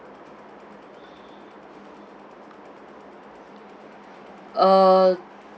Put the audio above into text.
uh